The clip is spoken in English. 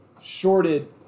shorted